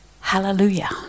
Hallelujah